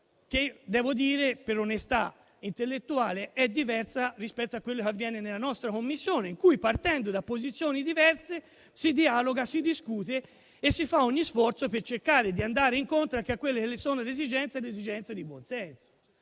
che devo dire, per onestà intellettuale, è diversa rispetto a quello che avviene nella nostra Commissione, in cui, partendo da posizioni diverse, si dialoga, si discute e si fa ogni sforzo per cercare di andare incontro ad esigenze di buon senso.